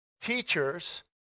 teachers